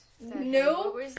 No